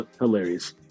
hilarious